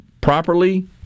properly